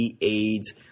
AIDS